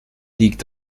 liegt